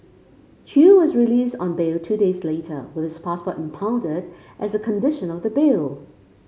chew was released on bail two days later with passport impounded as a condition of the bail